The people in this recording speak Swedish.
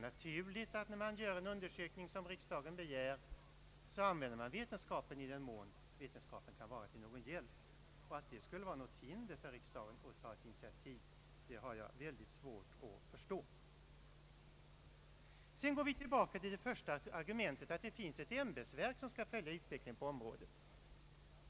När man gör en undersökning som riksdagen begär är det väl naturligt att använda vetenskapen i den mån denna kan vara till någon hjälp. Att detta skulle vara ett hinder för riksdagen att ta initiativ har jag väldigt svårt att förstå. Sedan går jag tillbaka till det första argumentet, att det finns ett ämbetsverk som skall följa utvecklingen på området.